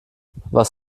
was